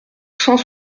cent